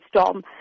storm